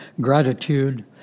gratitude